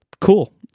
cool